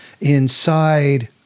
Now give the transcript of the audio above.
inside